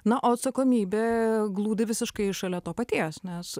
na o atsakomybė glūdi visiškai šalia to paties nes